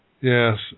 Yes